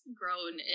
grown